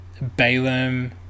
Balaam